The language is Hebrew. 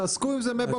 תתעסקו עם זה מבוקר עד